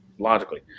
logically